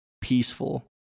peaceful